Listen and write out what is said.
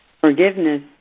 Forgiveness